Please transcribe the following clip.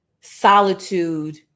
solitude